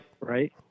Right